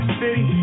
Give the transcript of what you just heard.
city